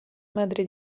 madre